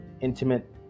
intimate